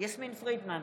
יסמין פרידמן,